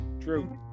True